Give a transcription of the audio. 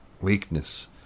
weakness